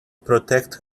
protect